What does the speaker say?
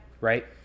Right